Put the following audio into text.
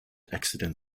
accident